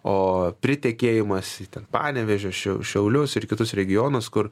o pritekėjimas į ten panevėžio šiau šiaulius ir kitus regionus kur